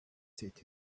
sit